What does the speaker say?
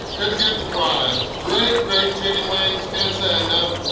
couldn't get the fries. great great chicken wings! can't say enough,